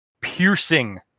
piercing